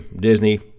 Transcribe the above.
Disney